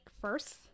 first